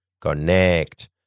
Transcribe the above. Connect